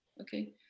Okay